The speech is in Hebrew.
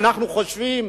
אנחנו חושבים